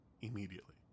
Immediately